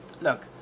look